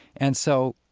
and so,